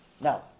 Now